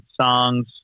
songs